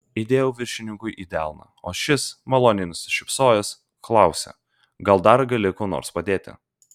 įdėjau viršininkui į delną o šis maloniai nusišypsojęs klausė gal dar gali kuo nors padėti